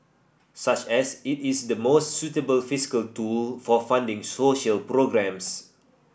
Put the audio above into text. such as it is the most suitable fiscal tool for funding social programmes